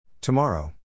Tomorrow